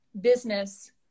business